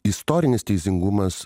istorinis teisingumas